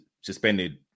suspended